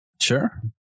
Sure